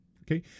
okay